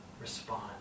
respond